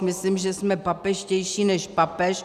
Myslím, že jsme papežštější než papež.